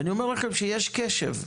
ואני אומר לכם שיש קשב,